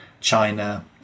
China